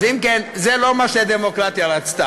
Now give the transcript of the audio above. אם כן, זה לא מה שהדמוקרטיה רצתה.